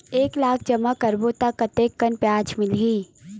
एक लाख जमा करबो त कतेकन ब्याज मिलही?